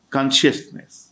Consciousness